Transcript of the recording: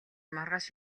маргааш